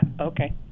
Okay